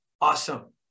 Awesome